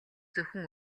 зөвхөн